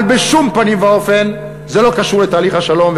אבל בשום פנים ואופן זה לא קשור לתהליך השלום.